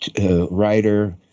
writer